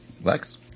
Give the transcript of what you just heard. Lex